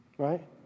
Right